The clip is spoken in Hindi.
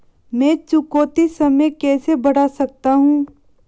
मैं चुकौती समय कैसे बढ़ा सकता हूं?